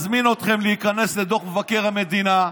אני מזמין אתכם להיכנס לדוח מבקר המדינה.